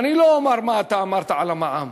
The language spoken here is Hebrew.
אני לא אומַר מה אתה אמרת על המע"מ.